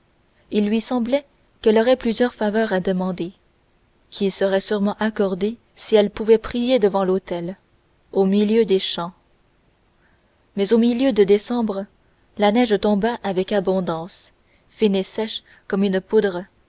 il lui semblait qu'elle aurait plusieurs faveurs à demander qui seraient sûrement accordées si elle pouvait prier devant l'autel au milieu des chants mais au milieu de décembre la neige tomba avec abondance fine et sèche comme une poudre